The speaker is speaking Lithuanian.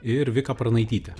ir vika pranaityte